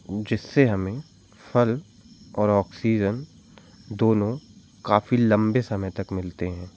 जिससे हमें फल और ऑक्सीजन दोनों काफी लंबे समय तक मिलते हैं